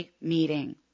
meeting